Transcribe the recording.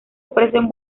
ofrecen